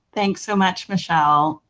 thanks so much, michelle,